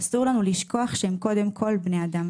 אסור לנו לשכוח שהם קודם כל בני אדם.